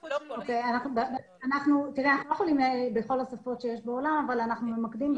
אנחנו לא יכולים לעשות בכל השפות שיש בעולם אבל אנחנו ממקדים.